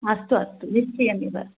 अस्तु अस्तु निश्चयमेव